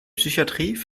psychatrie